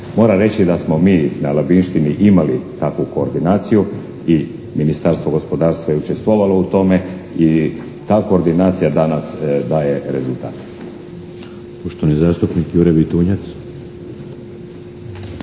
Moram reći da smo mi na labinštini imali takvu koordinaciju i Ministarstvo gospodarstva je učestvovalo u tome i ta koordinacija danas daje rezultate.